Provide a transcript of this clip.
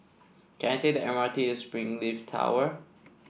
can I take the M R T to Springleaf Tower